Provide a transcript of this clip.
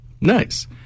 Nice